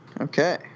Okay